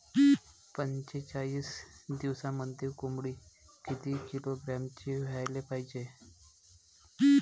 पंचेचाळीस दिवसामंदी कोंबडी किती किलोग्रॅमची व्हायले पाहीजे?